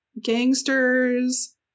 gangsters